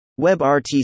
WebRTC